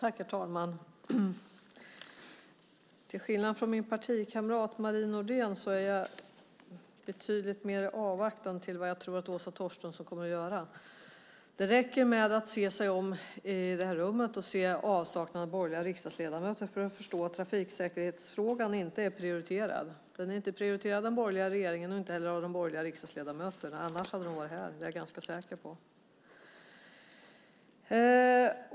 Herr talman! Jämfört med min partikamrat Marie Nordén är jag betydligt mer avvaktande till vad jag tror att Åsa Torstensson kommer att göra. Det räcker att se sig om i det här rummet och se avsaknaden av borgerliga riksdagsledamöter för att förstå att trafiksäkerhetsfrågan inte är prioriterad. Den är inte prioriterad av den borgerliga regeringen och inte heller av de borgerliga riksdagsledamöterna. Annars hade de varit här - det är jag ganska säker på.